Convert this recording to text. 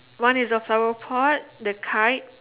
one is the flower pot the kite